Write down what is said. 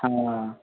हाँ